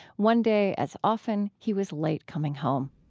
one day, as often, he was late coming home